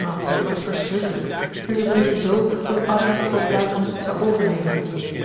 o het was verschrikkelijk en zij vreesde zoo dat addy ook daarvan iets zoû overnemen